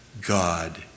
God